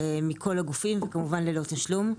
מכל הגופים, כמובן ללא תשלום.